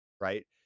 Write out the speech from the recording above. right